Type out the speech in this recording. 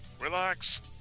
relax